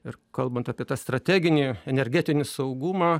ir kalbant apie tą strateginį energetinį saugumą